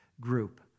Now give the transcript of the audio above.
group